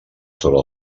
sobre